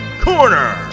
Corner